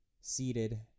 seated